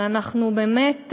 אבל אנחנו באמת,